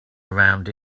around